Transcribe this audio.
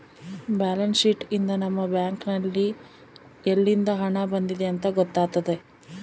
balance sheet ಯಿಂದ ನಮ್ಮ bank ನಲ್ಲಿ ಯಲ್ಲಿಂದ ಹಣ ಬಂದಿದೆ ಅಂತ ಗೊತ್ತಾತತೆ